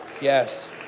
Yes